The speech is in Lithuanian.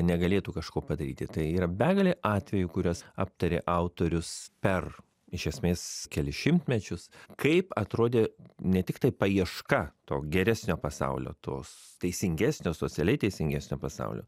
negalėtų kažko padaryti tai yra begalė atvejų kuriuos aptarė autorius per iš esmės kelis šimtmečius kaip atrodė ne tiktai paieška to geresnio pasaulio tos teisingesnio socialiai teisingesnio pasaulio